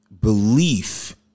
belief